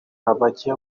abajya